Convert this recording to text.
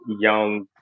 young